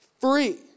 free